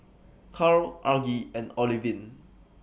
Carl Argie and Olivine